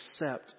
accept